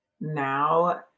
now